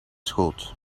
schoot